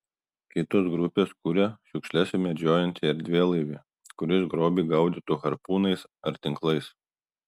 kitos grupės kuria šiukšles medžiojantį erdvėlaivį kuris grobį gaudytų harpūnais ar tinklais